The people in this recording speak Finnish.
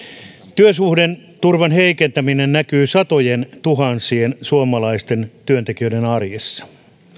työsuhdeturvan heikentäminen näkyy satojentuhansien suomalaisten työntekijöiden arjessa